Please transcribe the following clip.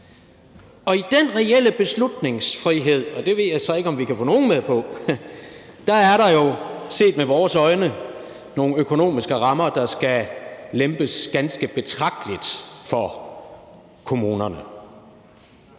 Og i den reelle beslutningsfrihed – og det ved jeg så ikke om vi kan få nogen med på – er der jo set med vores øjne nogle økonomiske rammer, der skal lempes ganske betragteligt for kommunerne.